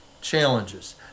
challenges